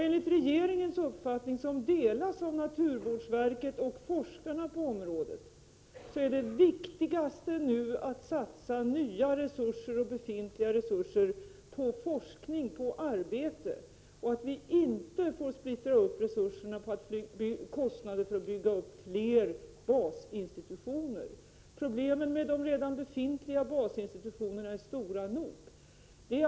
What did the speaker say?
Enligt regeringens uppfattning, som delas av naturvårdsverket och forskarna på området, är det viktigaste nu att satsa nya och befintliga resurser på forskning och arbete och att resurserna inte får splittras på kostnader för att bygga upp fler basinstitutioner. Problemen med de redan befintliga basinstitutionerna är stora nog.